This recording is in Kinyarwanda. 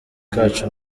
kacu